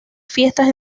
fiestas